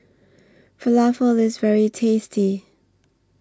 Falafel IS very tasty